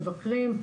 על מבקרים.